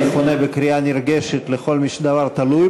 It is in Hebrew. ואני פונה בקריאה נרגשת לכל מי שהדבר תלוי